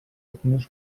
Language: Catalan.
algunes